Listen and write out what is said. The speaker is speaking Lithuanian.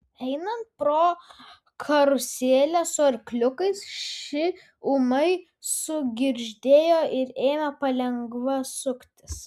einant pro karuselę su arkliukais ši ūmai sugirgždėjo ir ėmė palengva suktis